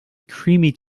creamy